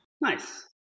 Nice